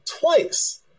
twice